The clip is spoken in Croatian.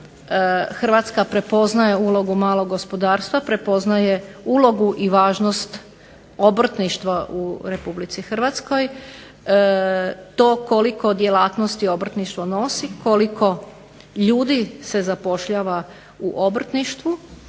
Hrvatska prepoznaje ulogu malog gospodarstva, prepoznaje ulogu i važnost obrtništva u RH. To koliko djelatnosti obrtništvo nosi, koliko ljudi se zapošljava u obrtništvu,